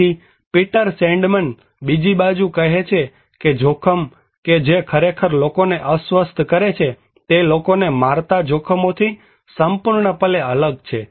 તેથી Peter Sandman બીજી બાજુ કહે છે કે જોખમ કે જે ખરેખર લોકોને અસ્વસ્થ કરે છે તે લોકોને મારતા જોખમોથી સંપૂર્ણપણે અલગ છે